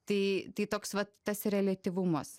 tai tai toks vat tas reliatyvumas